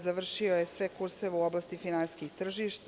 Završio je sve kurseve u oblasti finansijskih tržišta.